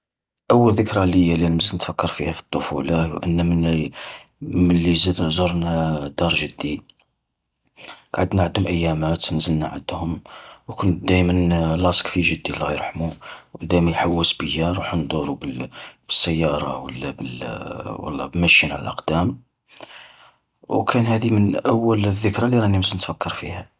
أول ذكرى اللي اللي مازل نتفكر فيها في الطفولة ان من ملي وزرنا دار جدي. قعدنا عندهم أيامات نزلنا عندهم، وكنت دايماً لاصق في جدي الله يرحمو، ودائماً يحوس بيا نروحوا ندورو بالسيارة لا بال مشي على الأقدام. وكان هذي من أول الذكرى اللي راني مازلت نتفكر فيها.